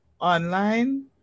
online